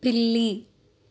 పిల్లి